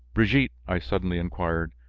brigitte, i suddenly inquired,